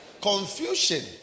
Confusion